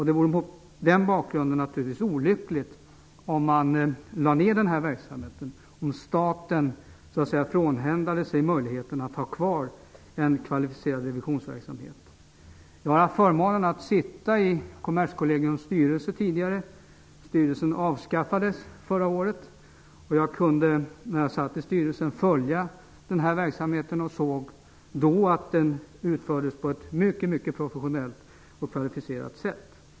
Det vore mot den bakgrunden givetvis olyckligt om man lade ner denna verksamhet och staten så att säga frånhändar sig möjligheten att ha kvar en kvalificerad revisionsverksamhet. Jag har haft förmånen att sitta i Kommerskollegiums styrelse tidigare. Styrelsen avskaffades förra året. När jag satt i styrelsen kunde jag följa verksamheten. Jag såg då att den utfördes på ett mycket professionellt och kvalificerat sätt.